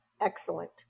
Excellent